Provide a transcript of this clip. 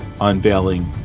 unveiling